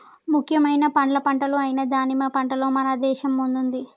ముఖ్యమైన పండ్ల పంటలు అయిన దానిమ్మ పంటలో మన దేశం ముందుంది